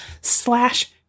slash